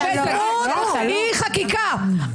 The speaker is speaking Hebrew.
-- בדמות אי-חקיקה.